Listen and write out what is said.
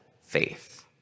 faith